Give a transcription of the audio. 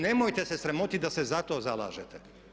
Nemojte se sramotiti da se za to zalažete.